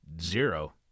zero